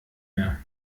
mehr